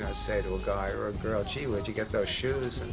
say to a guy or a girl, gee, where'd you get those shoes?